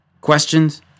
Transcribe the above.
Questions